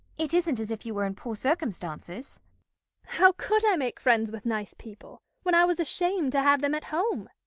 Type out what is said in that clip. it isn't as if you were in poor circumstances how could i make friends with nice people when i was ashamed to have them at home?